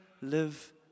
live